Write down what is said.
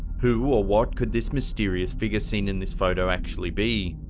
who or what could this mysterious figure seen in this photo actually be?